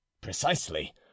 Precisely